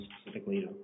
specifically